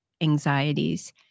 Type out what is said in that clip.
anxieties